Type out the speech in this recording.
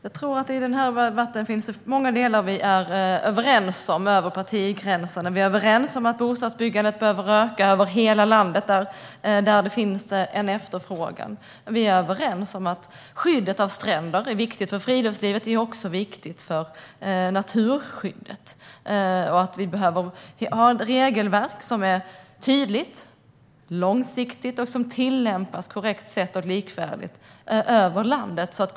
Herr talman! I den här debatten finns det många delar som vi nog är överens om över partigränserna. Vi är överens om att bostadsbyggandet behöver öka över hela landet där det finns en efterfrågan. Vi är överens om att skyddet av stränder är viktigt för friluftslivet och naturskyddet. Det behövs ett tydligt, långsiktigt regelverk som tillämpas likvärdigt över landet och på ett korrekt sätt.